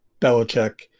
Belichick